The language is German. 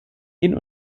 hin